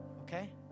Okay